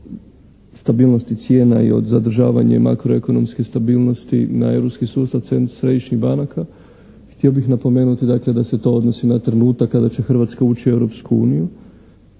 oko stabilnosti cijena i od zadržavanja i makroekonomske stabilnosti na europski sustav središnjih banaka, htio bih napomenut, dakle, da se to odnosi na trenutak kad će Hrvatska ući u Europsku uniju.